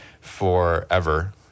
forever